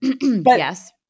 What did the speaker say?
Yes